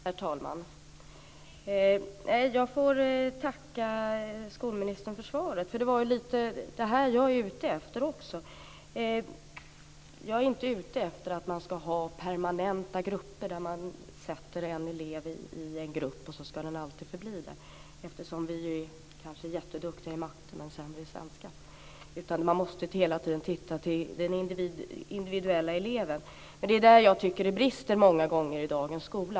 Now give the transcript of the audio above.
Herr talman! Jag får tacka skolministern för svaret. Det är lite av det här som jag också är ute efter. Jag är inte ute efter att man ska ha permanenta grupper, att man ska sätta en elev i en grupp och att han eller hon alltid ska förbli där för att han eller hon kanske är jätteduktig i matte men sämre i svenska. Man måste hela tiden se till den individuella eleven. Det är i det avseendet som jag tycker att det många gånger brister i dagens skola.